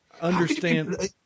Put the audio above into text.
understand